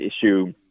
issue